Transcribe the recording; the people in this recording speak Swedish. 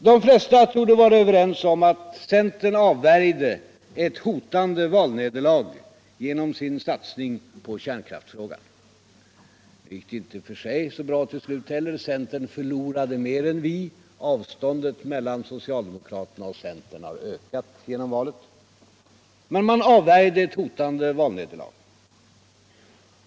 De flesta torde vara överens om att centern avvärjde ewt hotande valnederlag genom sin satsning på kärnkraftisfrågan. Nu gick det i och för sig inte så bra tull slut — centern förlorade mer än vi. och avståndet mellan socialdemokraterna och centern har ökat genom valet - men man avviärjde eu hotande valnederlag.